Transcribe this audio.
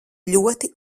ļoti